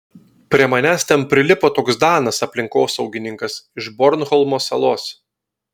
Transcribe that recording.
prie manęs ten prilipo toks danas aplinkosaugininkas iš bornholmo salos